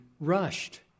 rushed